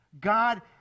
God